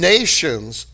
Nations